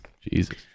Jesus